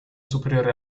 superiore